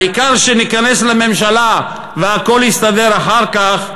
העיקר שניכנס לממשלה והכול יסתדר אחר כך,